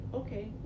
okay